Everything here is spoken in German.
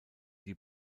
die